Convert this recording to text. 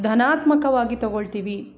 ಧನಾತ್ಮಕವಾಗಿ ತಗೋಳ್ತೀವಿ